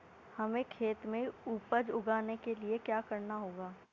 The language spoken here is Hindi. हमें खेत में उपज उगाने के लिये क्या करना होगा?